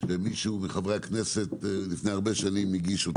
שמישהו מחברי הכנסת לפני הרבה שנים הגיש.